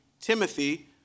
Timothy